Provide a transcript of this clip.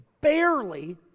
barely